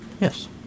Yes